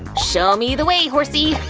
show me the way, horsie!